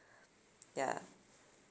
ya